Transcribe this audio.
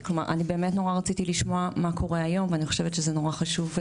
באמת נורא רציתי לשמוע מה קורה היום ואני חושבת שזה נורא חשוב.